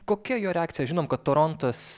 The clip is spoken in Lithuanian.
kokia jo reakcija žinom kad torontas